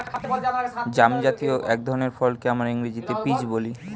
জামজাতীয় এক ধরনের ফলকে ইংরেজিতে আমরা পিচ বলি